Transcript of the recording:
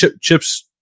Chip's